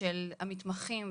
של המתמחים,